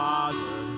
Father